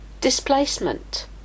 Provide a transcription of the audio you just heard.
Displacement